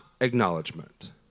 acknowledgement